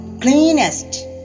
cleanest